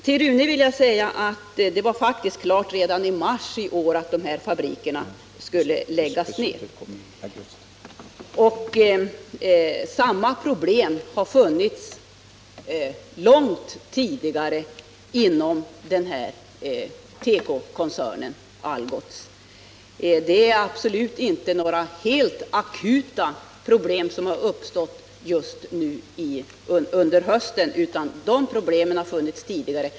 Till Rune Ångström vill jag säga att det var faktiskt klart redan i mars i år att fabrikerna i Lycksele och Skellefteå skulle läggas ner. Problemen har funnits långt tidigare inom Algotskoncernen. Det är absolut inte några helt akuta svårigheter som har uppstått just under hösten, utan de har funnits länge.